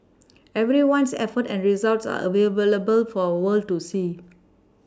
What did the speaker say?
everyone's efforts and results are available for world to see